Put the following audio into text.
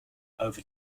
over